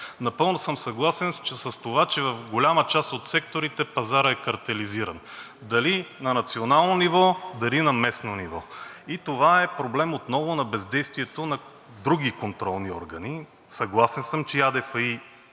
Напълно съм съгласен с това, че в голяма част от секторите пазарът е картелизиран – дали на национално, дали на местно ниво. Това е проблем отново на бездействието на други контролни органи. Съгласен съм, че упрекът